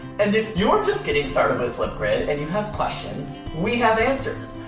and if you're just getting started with flipgrid and you have questions, we have answers.